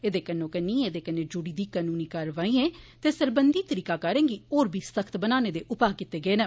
ऐदे कन्नो कन्नी ऐदे कन्नै जुडत्री दी कनूनी कारवाइएं ते सरबंधी तरीकाकारें गी होर बी सख्त बनाने दे उपा कीत्ते गेय न